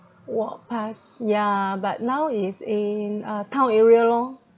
walk pass ya but now is in uh town area lor